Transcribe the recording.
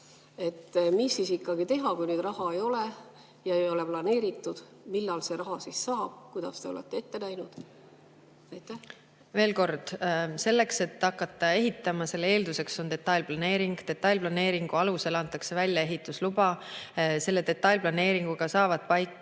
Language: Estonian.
Mis siis ikkagi teha, kui nüüd raha ei ole ja ei ole ka planeeritud? Millal selle raha siis saab? Kuidas te olete seda ette näinud? Veel kord: selle eelduseks, et hakata ehitama, on detailplaneering. Detailplaneeringu alusel antakse välja ehitusluba. Detailplaneeringuga saavad paika